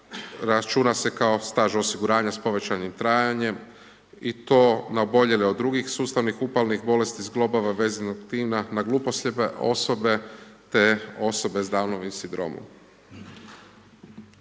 računa se kao staž osiguranja s povećanim trajanjem i to na oboljele od drugih sustavih upalnih bolesti zglobova vezivnog tkiva na gluhoslijepe osobe te osobe s Dawnovim sindromom.